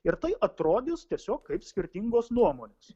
ir tai atrodys tiesiog kaip skirtingos nuomonės